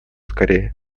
скорее